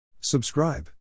Subscribe